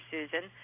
Susan